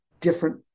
different